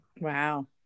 wow